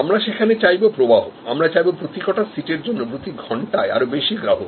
আমরা সেখানে চাইবো প্রবাহআমরা চাইব প্রত্যেকটা সিট এর জন্য প্রতি ঘন্টায় আরো বেশি গ্রাহক